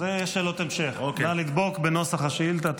אלו שאלות המשך, נא לדבוק בנוסח השאילתה.